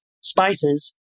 spices